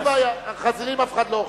אין לי בעיה, חזירים אף אחד לא אוכל.